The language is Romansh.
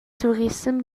turissem